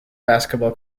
basketball